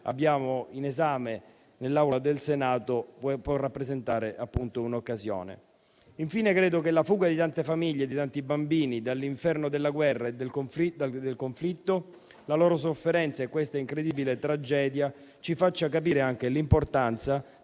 abbiamo in esame nell'Aula del Senato può rappresentare un'occasione. Infine, credo che la fuga di tante famiglie e di tanti bambini dall'inferno della guerra e del conflitto, la loro sofferenza e questa incredibile tragedia ci facciano capire l'importanza di